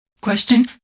Question